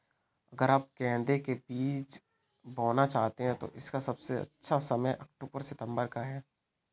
आप अगर गेंदे के बीज बोना चाहते हैं तो इसका सबसे अच्छा समय अक्टूबर सितंबर का है